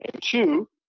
two